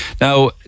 Now